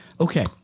Okay